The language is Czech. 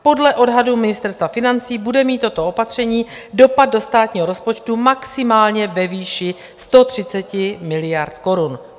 Podle odhadu Ministerstva financí bude mít toto opatření dopad do státního rozpočtu maximálně ve výši 130 miliard korun.